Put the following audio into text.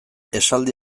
esaldi